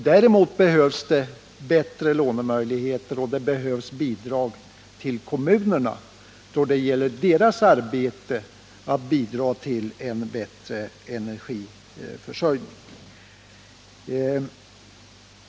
Däremot behövs det bättre lånemöjligheter och bidrag till kommunerna för deras arbete att bidra till en bättre energiförsörjning.